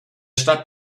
stadt